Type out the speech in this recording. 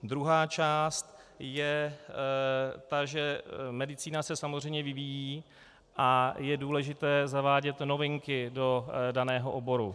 Druhá část je ta, že medicína se samozřejmě vyvíjí a je důležité zavádět novinky do daného oboru.